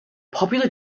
popular